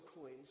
coins